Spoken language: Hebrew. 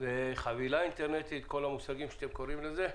וחבילה אינטרנטית, כל המושגים שאתם משתמשים בהם.